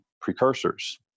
precursors